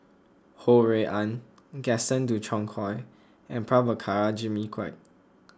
Ho Rui An Gaston Dutronquoy and Prabhakara Jimmy Quek